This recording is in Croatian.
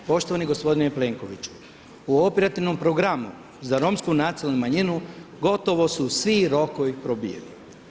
Poštovani gospodine Plenkoviću, u operativnom programu za romsku nacionalnu manjinu gotovo su svi rokovi probijeni.